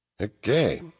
Okay